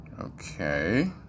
okay